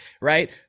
right